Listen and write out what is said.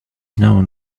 known